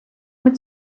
mit